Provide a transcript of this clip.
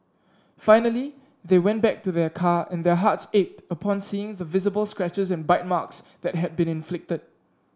finally they went back to their car and their hearts ached upon seeing the visible scratches and bite marks that had been inflicted